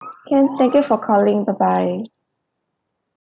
can thank you for calling bye bye